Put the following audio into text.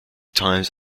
times